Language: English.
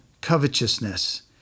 covetousness